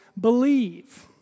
believe